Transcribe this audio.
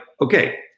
okay